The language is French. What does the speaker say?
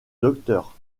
docteur